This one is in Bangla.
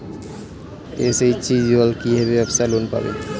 এস.এইচ.জি দল কী ভাবে ব্যাবসা লোন পাবে?